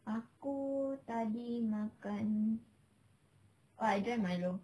aku tadi makan oh I drank milo